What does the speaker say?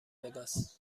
وگاس